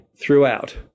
throughout